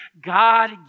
God